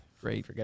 Great